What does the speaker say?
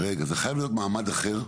זה חייב להיות מעמד אחר.